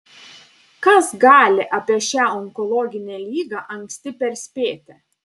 kas gali apie šią onkologinę ligą anksti perspėti